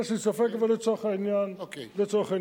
יש לי ספק, אבל לצורך העניין, בסדר.